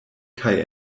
kaj